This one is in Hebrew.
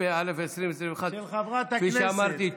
התשפ"א 2021. כפי שאמרתי,